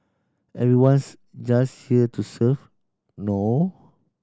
everyone's just here to serve no